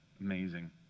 amazing